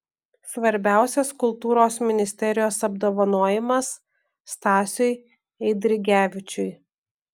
svarbiausias kultūros ministerijos apdovanojimas stasiui eidrigevičiui